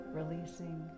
releasing